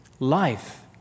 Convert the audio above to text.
life